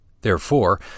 Therefore